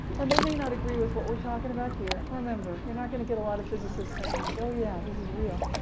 and they may not agree with what we're talking about here remember, you're not going to get a lot of physicists saying, like oh, yeah, this is real,